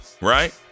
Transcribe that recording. right